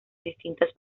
distintas